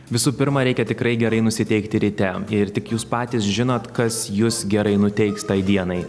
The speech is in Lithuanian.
visų pirma reikia tikrai gerai nusiteikti ryte ir tik jūs patys žinot kas jus gerai nuteiks tai dienai